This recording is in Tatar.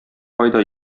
кайда